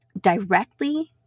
directly